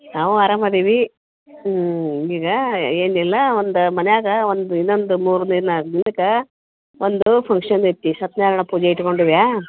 ನಾವು ಆರಾಮಿದೀವಿ ಹ್ಞೂ ಈಗ ಏನಿಲ್ಲ ಒಂದು ಮನೆಯಾಗ ಒಂದು ಇನ್ನೊಂದು ಮೂರು ದಿನ ದಿನಕ್ಕೆ ಒಂದು ಫಂಕ್ಷನ್ ಐತಿ ಸತ್ಯನಾರಾಯಣ ಪೂಜೆ ಇಟ್ಕೊಂಡಿವಿ